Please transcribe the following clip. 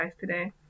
today